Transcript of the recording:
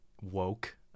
woke